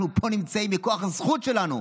אנחנו נמצאים פה במדינת היהודים בכוח הזכות שלנו,